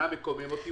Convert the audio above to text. מקומם אותי.